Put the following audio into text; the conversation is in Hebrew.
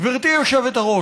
גברתי היושבת-ראש,